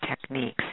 techniques